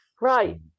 right